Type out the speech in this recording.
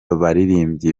baririmbyi